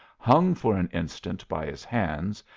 hung for an instant by his hands,